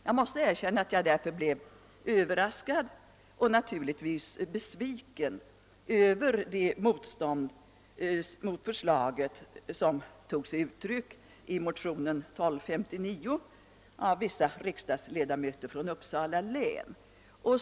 Jag måste därför erkänna att jag blev överraskad och naturligtvis besviken över det motstånd mot förslaget som tog sig uttryck i motionen II: 1259 av vissa riksdagsledamöter från Uppsa la län.